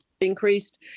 increased